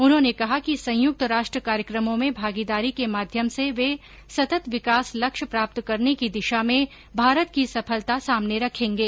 उन्होंने कहा कि संयुक्त राष्ट्र कार्यक्रमों में भागीदारी के माध्यम से वे सतत् विकास लक्ष्य प्राप्त करने की दिशा में भारत की सफलता सामने रखेंगे